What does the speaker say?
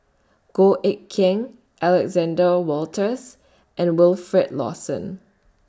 Goh Eck Kheng Alexander Wolters and Wilfed Lawson